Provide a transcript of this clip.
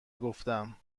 گفتم